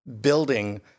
building